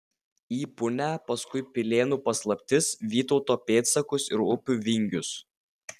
į punią paskui pilėnų paslaptis vytauto pėdsakus ir upių vingius